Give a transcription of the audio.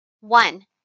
One